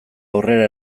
aurrera